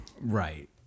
Right